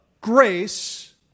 grace